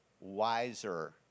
wiser